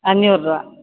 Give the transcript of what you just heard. അഞ്ഞൂറ് രൂപ